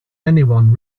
anyone